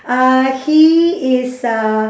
uh he is a